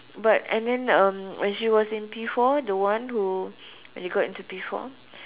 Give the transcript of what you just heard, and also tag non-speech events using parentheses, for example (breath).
but and then um when she was in P four the one who (breath) the one who that got into P four